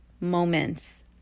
moments